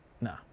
No